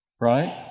right